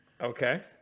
okay